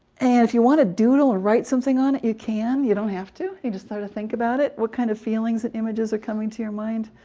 and if you want to doodle or write something on it, you can. you don't have to you just sort of think about it. what kind of feelings and images are coming to your mind?